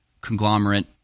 conglomerate